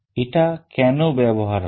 এটা কেন ব্যবহার হয়